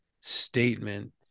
statement